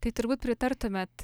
tai turbūt pritartumėt